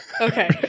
Okay